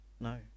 No